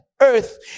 earth